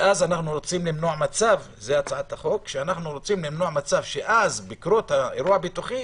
אז אנו רוצים למנוע מצב זו הצעת החוק שבקרות האירוע הביטוחי